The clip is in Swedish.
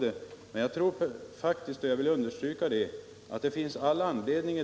För min del tror jag faktiskt — och det vill jag understryka - att det i dag finns all anledning